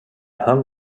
hung